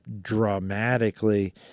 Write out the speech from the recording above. dramatically